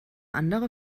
andere